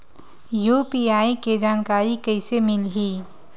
UPI के जानकारी कइसे मिलही?